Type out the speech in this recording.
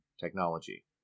technology